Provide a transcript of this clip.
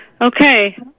Okay